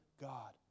God